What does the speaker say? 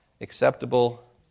acceptable